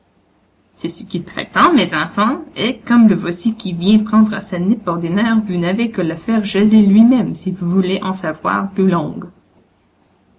c'est ce qu'il prétend mes enfants et comme le voici qui vient prendre sa nippe ordinaire vous n'avez qu'à le faire jaser lui-même si vous voulez en savoir plus long